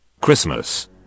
Christmas